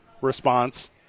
response